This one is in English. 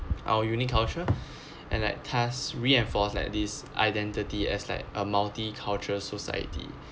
our unique culture and like tell us reinforced at this identity as like a multicultural society